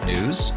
News